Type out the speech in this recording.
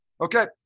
Okay